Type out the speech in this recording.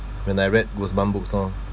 when I read goosebumps books lor